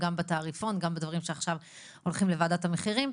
בתעריפון וגם בדברים שעכשיו הולכים לוועדת המחירים,